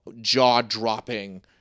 jaw-dropping